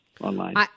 online